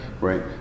Right